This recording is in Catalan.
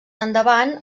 endavant